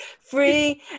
Free